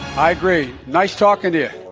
i agree nice talking to you.